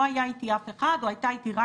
לא היה איתי אף אחד או הייתה איתי רק